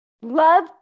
Love